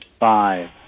Five